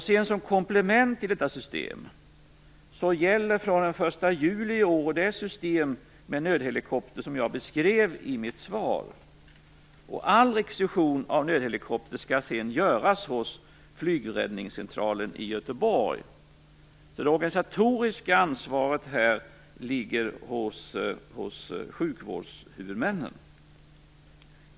Som komplement till detta system gäller från den 1 juli i år det system med nödhelikopter som jag beskrev i mitt svar. All rekvisition av nödhelikoptrar skall göra hos flygräddningscentralen i Göteborg. Det organisatoriska ansvaret ligger hos sjukvårdshuvudmännen.